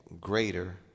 greater